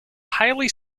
highly